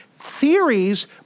theories